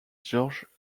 georges